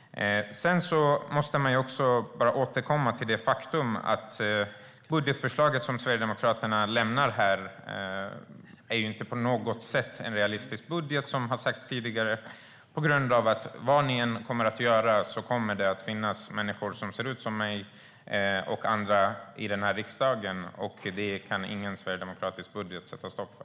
Sedan måste jag återkomma till det faktum att det budgetförslag Sverigedemokraterna lägger fram inte på något sätt är en realistisk budget. Det har sagts tidigare. Vad ni än kommer att göra kommer det nämligen att finnas människor som ser ut som jag och andra i den här riksdagen, och det kan ingen sverigedemokratisk budget sätta stopp för.